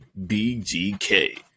BGK